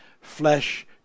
flesh